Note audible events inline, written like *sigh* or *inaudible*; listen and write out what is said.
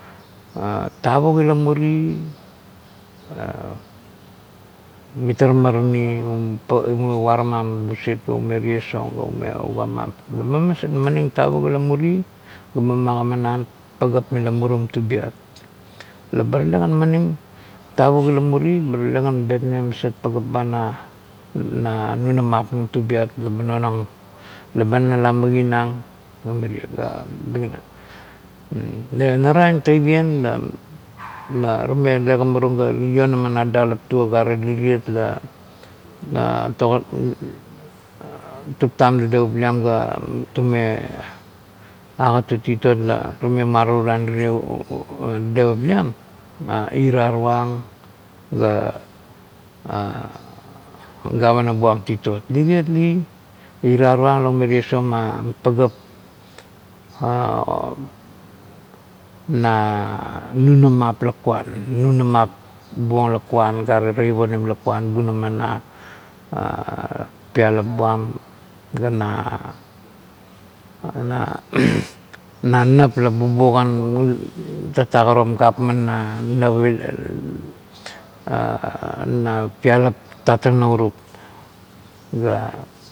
*hesitation* Tavuk ila muri mitara mamarai la ure maramam busit, ga ume ties ong ga ume ugama laba maning tavuk ila muri ba magima nang pagap mila murum tubiet la bar tale manibg tavuk ila muri ba ta le beteng maset pagap ba na nunamap nung tubiet, leba nonanang laba nala maginang ga miri. Le maram tavien la tume legimarung la lionama na dalap tuo gare liret ba tuput tam daderup liam ga tume agat turig titot la tume maruluan miri dedevup liam raurung ga gavana buang titot liriet li ira ruang la ume tiesong ma pagap *hesitation* na nunamap lakuan nunamap buang lakuan gare taip onim lakuan bunoma ma *hesitation* pialap buam ga na *noise* na nap la bumanim tatak aro gapman *hesitation* na pialap la maut lo rup.